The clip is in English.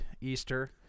Easter